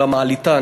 אלא מעליתן,